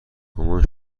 مامان